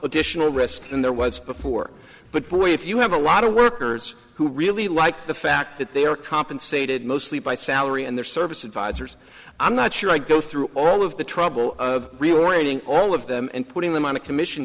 additional risk and there was before but boy if you have a lot of workers who really like the fact that they are compensated mostly by salary and their service advisors i'm not sure i go through all of the trouble of rewriting all of them and putting them on a commission